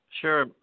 Sure